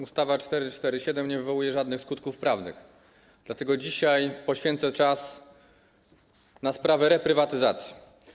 Ustawa 447 nie wywołuje żadnych skutków prawnych, dlatego dzisiaj poświęcę czas na sprawę reprywatyzacji.